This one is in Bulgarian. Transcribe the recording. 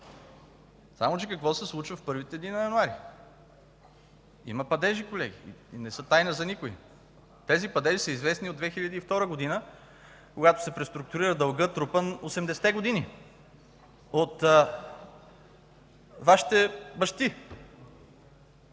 Само че какво се случва в първите дни на януари? Има падежи, колеги, и те не са тайна за никого. Тези падежи са известни от 2002 г., когато се преструктурира дългът, трупан през 80-те години от Вашите бащи.